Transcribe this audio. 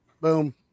Boom